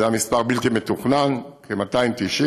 זה היה מספר בלתי מתוכנן, כ-290,